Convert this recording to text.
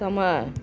समय